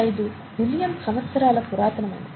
5 billion సంవత్సరాల పురాతనమైనది